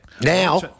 Now